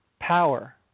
power